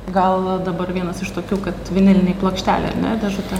gal dabar vienas iš tokių kad vinilinėj plokštelėj ar ne dėžutė